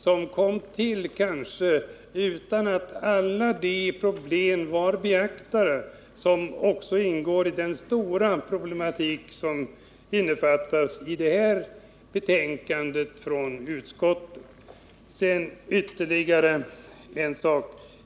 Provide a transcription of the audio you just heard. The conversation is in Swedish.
De kanske tillkom utan att alla de problem blev beaktade som ingår i den stora fråga som innefattas i det här betänkandet. Sedan ytterligare en sak.